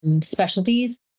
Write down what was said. specialties